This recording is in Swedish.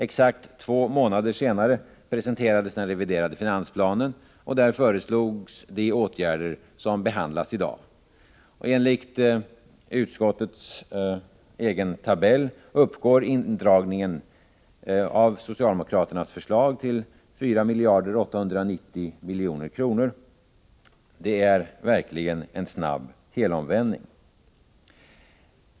Exakt två månader senare presenterades den reviderade finansplanen och där förekom de förslag till åtgärder som behandlas i dag. Enligt utskottets egen tabell uppgår indragningen — det gäller alltså socialdemokraternas förslag — till 4 890 milj.kr.! Det är verkligen en snabb helomvändning.